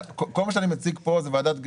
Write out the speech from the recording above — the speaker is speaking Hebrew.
כל מה שאני מציג פה זה מלפני